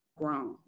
grown